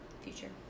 future